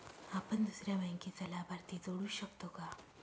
आपण दुसऱ्या बँकेचा लाभार्थी जोडू शकतो का?